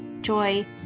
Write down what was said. joy